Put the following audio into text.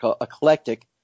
eclectic